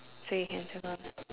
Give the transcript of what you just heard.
so you can circle